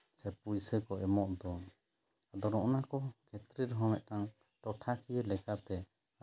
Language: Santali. ᱥᱮ ᱯᱩᱭᱥᱟᱹ ᱠᱚ ᱮᱢᱚᱜ ᱫᱚ ᱟᱫᱚ ᱱᱚᱜᱼᱚ ᱱᱟ ᱠᱚ ᱠᱷᱮᱛᱨᱮ ᱨᱮᱦᱚᱸ ᱢᱤᱫᱴᱟᱱ ᱴᱚᱴᱷᱟᱠᱤᱭᱟᱹ ᱞᱮᱠᱟᱛᱮ